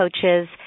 coaches